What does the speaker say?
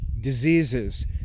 diseases